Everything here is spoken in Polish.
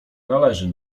należy